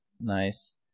nice